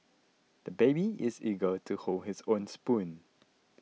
the baby is eager to hold his own spoon